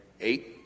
eight